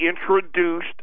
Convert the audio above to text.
introduced